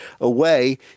away